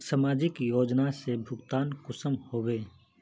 समाजिक योजना से भुगतान कुंसम होबे?